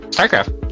Starcraft